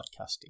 podcasting